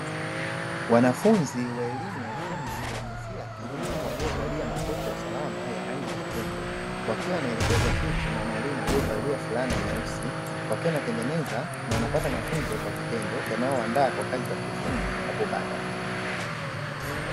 Wanafunzi wa elimu ya ufundi wa jinsia ya kiume waliovalia makoti ya usalama ya rangi nyekundu, wakiwa wanaelekezwa kitu na mwalimu aliyevalia fulana nyeusi ,wakiwa wanatengeneza na kupata mafunzo kwa vitendo yanayowaandaa kwa kazi za kiufundi hapo baadae.